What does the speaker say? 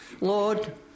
Lord